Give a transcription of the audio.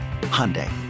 Hyundai